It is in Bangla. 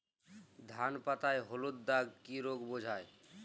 ধান পাতায় হলুদ দাগ কি রোগ বোঝায়?